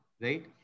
right